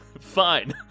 Fine